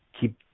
keep